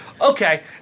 okay